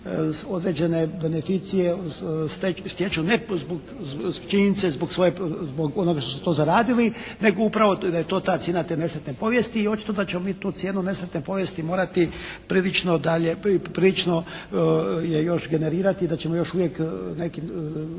određene beneficije stječu ne zbog činjenice, zbog svoje, zbog onog što su to zaradili nego upravo da je to ta cijena te nesretne povijesti i očito da ćemo mi tu cijenu nesretne povijesti morati prilično dalje, prilično još generirati i da ćemo još uvijek dok,